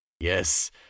Yes